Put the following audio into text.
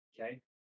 Okay